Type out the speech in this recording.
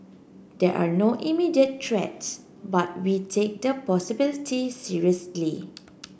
there are no immediate threats but we take the possibility seriously